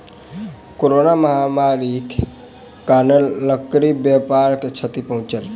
corona महामारीक कारणेँ लकड़ी व्यापार के क्षति पहुँचल